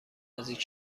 نزدیک